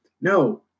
no